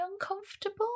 uncomfortable